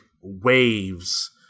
waves